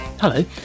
Hello